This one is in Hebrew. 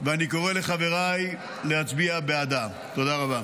ואני קורא לחבריי להצביע בעדה, תודה רבה.